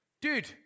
Dude